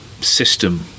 system